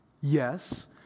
Yes